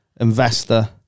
investor